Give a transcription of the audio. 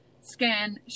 scan